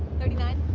thirty nine?